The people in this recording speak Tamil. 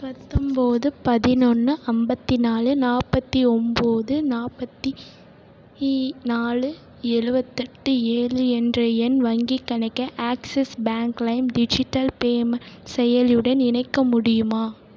பத்தம்பது பதினொன்று ஐம்பத்தி நாலு நாற்பத்தி ஒம்பது நாற்பத்தி இ நாலு எழுபத்தெட்டு ஏழு என்ற எண் வங்கிக்கணக்கை Axis bank lime digital payment செயலியுடன் இணைக்க முடியுமா